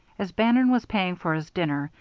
as bannon was paying for his dinner,